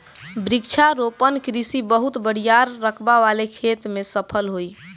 वृक्षारोपण कृषि बहुत बड़ियार रकबा वाले खेत में सफल होई